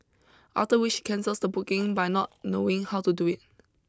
after which he cancels the booking by not knowing how to do it